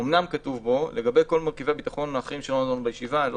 אמנם כתוב בו "לגבי כל מרכיבי הביטחון שעלו בישיבה אני לא